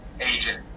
agent